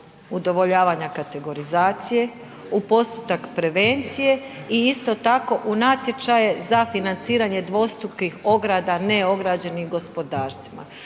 udovoljavanja kategorizacije, u postotak prevencije i isto tako, u natječaje za financiranje dvostrukih ograda neograđenim gospodarstvima.